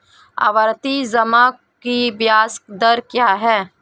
आवर्ती जमा की ब्याज दर क्या है?